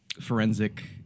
forensic